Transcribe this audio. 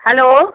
hello